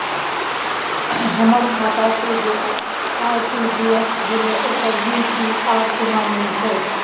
हमर खाता से जे आर.टी.जी एस भेलै ओकर यू.टी.आर केना मिलतै?